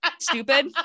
stupid